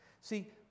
See